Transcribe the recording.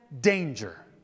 danger